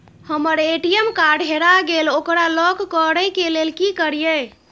हमर ATM card हेरा गेल ओकरा लॉक करै के लेल की करियै?